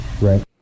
Right